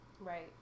Right